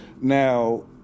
now